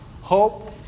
Hope